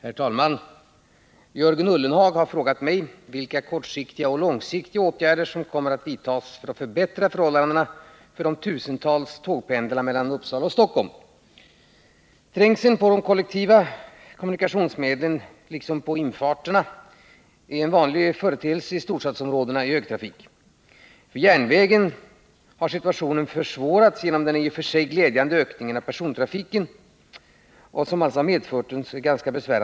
Herr talman! Jörgen Ullenhag har frågat mig vilka kortsiktiga och långsiktiga åtgärder som kommer att vidtas för att förbättra förhållandena för de tusentals tågpendlarna mellan Uppsala och Stockholm. Trängsel på kollektiva kommunikationsmedel liksom på infarterna är i högtrafik en vanlig företeelse i storstadsområden. För järnvägens del har situationen försvårats genom att den i och för sig glädjande ökningen av persontrafiken medfört vagnbrist.